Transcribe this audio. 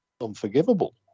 unforgivable